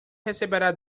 receberá